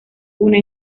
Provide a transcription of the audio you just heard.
una